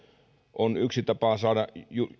on yksi tapa saada